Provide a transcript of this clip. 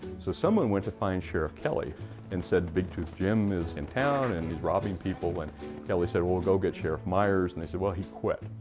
so someone went to find sheriff kelley and said big tooth jim is in town and he's robbing people. and kelley said, we'll, go get sheriff myers. and they said, well, he quit.